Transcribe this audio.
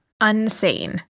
Unseen